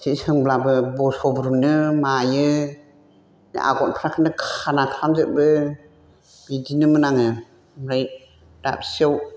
सि सोंब्लाबो बस'ब्रुनो मायो आगरफ्राखौनो खाना खालामजोबो बिदिनोमोन आङो ओमफ्राय दाबसेयाव